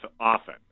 often